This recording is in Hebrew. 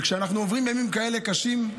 וכשאנחנו עוברים ימים כאלה קשים,